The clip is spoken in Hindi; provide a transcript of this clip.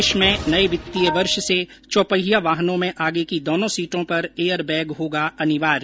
देश में नए वित्तीय वर्ष से चौपहिया वाहनों में आगे की दोनों सीटों पर एयर बैग होगा अनिवार्य